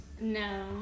No